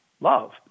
love